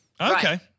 Okay